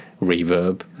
reverb